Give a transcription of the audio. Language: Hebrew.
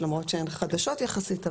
למרות שהן חדשות יחסית,